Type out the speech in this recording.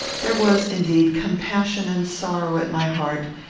there was, indeed, compassion and sorrow at my heart,